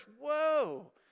Whoa